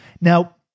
Now